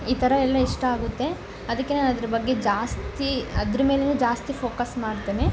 ಈ ಥರ ಎಲ್ಲ ಇಷ್ಟ ಆಗುತ್ತೆ ಅದಕ್ಕೆ ನಾನು ಅದರ ಬಗ್ಗೆ ಜಾಸ್ತಿ ಅದರ ಮೇಲೇ ಜಾಸ್ತಿ ಫೋಕಸ್ ಮಾಡ್ತೇನೆ